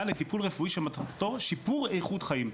לטיפול רפואי שמטרתו שיפור איכות חיים.